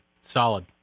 Solid